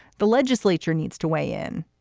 the legislature needs to weigh in.